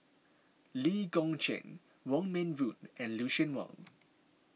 Lee Kong Chian Wong Meng Voon and Lucien Wang